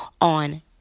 on